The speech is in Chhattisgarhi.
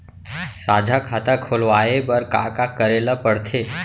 साझा खाता खोलवाये बर का का करे ल पढ़थे?